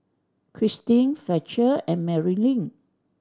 Christine Fletcher and Marilynn